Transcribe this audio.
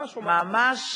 אבל מה שקורה,